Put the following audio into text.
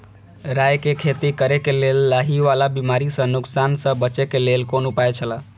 राय के खेती करे के लेल लाहि वाला बिमारी स नुकसान स बचे के लेल कोन उपाय छला?